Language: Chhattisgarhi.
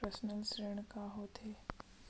पर्सनल ऋण का होथे?